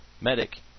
medic